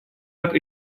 как